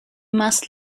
must